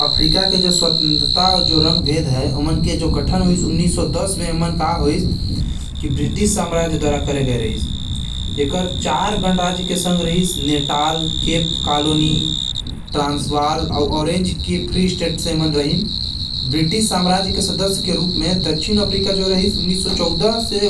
अफ्रीका के स्वन्त्रता अउ रंग भेद के खत्म उन्नीस सौ दस म ब्रिटेन से होइस। एमन के चार गणराज्य के संग रहिस - नेटाल, केप कॉलोनी, ट्रांसवाल अउ ऑरेंज फ्रीस्टेट से एमन रहिन। दक्षिण अफ्रीका हर ब्रिटेन के वजह से